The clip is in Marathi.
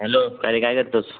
हॅलो काय रे काय करतो आहेस